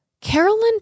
Carolyn